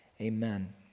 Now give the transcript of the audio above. amen